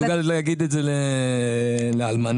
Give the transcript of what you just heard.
להגיד את זה לאלמנה?